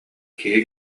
киһи